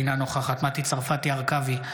אינה נוכחת מטי צרפתי הרכבי,